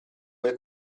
quel